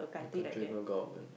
the country has no government ah